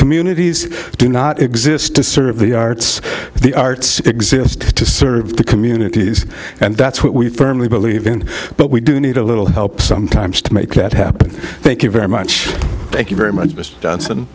communities do not exist to serve the arts the arts exist to serve the communities and that's what we firmly believe in but we do need a little help sometimes to make that happen thank you very much thank you very much mr th